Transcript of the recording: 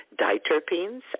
diterpenes